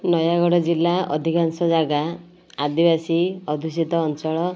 ନୟାଗଡ଼ ଜିଲ୍ଲା ଅଧିକାଂଶ ଜାଗା ଆଦିବାସୀ ଅଧୁଷିତ ଅଞ୍ଚଳ